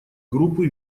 группы